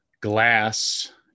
glass